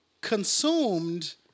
consumed